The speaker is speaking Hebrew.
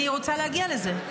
אני רוצה להגיע לזה.